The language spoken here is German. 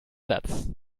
satz